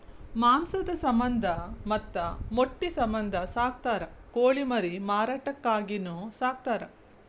ಮಾಂಸದ ಸಮಂದ ಮತ್ತ ಮೊಟ್ಟಿ ಸಮಂದ ಸಾಕತಾರ ಕೋಳಿ ಮರಿ ಮಾರಾಟಕ್ಕಾಗಿನು ಸಾಕತಾರ